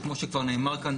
שכמו שכבר נאמר כאן,